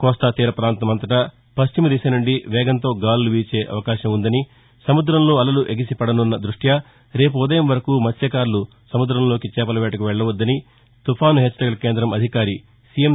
కోస్తా తీర ప్రాంతం అంతటా పశ్చిమ దిశ నుండి వేగంతో గాలులు వీసే అవకాశం ఉందని సముద్రంలో అలలు ఎగసిపడనున్న దృష్ట్య రేపు ఉదయం వరకు మత్స్వకారులు సముదంలోకి చేపల వేటకు వెళ్ళవద్దని తుపాను హెచ్చరికల కేంద్రం అధికారి సిఎం